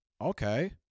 okay